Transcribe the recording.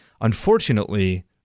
unfortunately